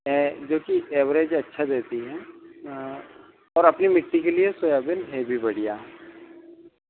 है जो कि एवरेज अच्छा देती है और अपनी मिट्टी के लिए सोयाबीन है भी बढ़िया